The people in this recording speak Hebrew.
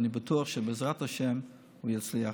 אני בטוח שבעזרת השם הוא יצליח.